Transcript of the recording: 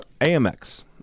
AMX